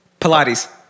Pilates